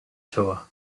tour